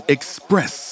Express